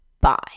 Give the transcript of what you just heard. Bye